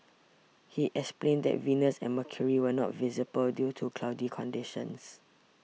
he explained that Venus and Mercury were not visible due to cloudy conditions